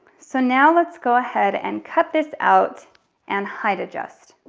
so now let's go ahead and cut this out and hide adjust.